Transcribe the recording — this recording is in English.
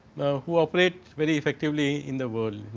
who operate very effectively in the world.